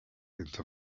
into